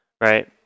right